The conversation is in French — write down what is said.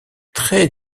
très